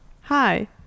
Hi